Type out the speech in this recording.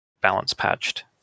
balance-patched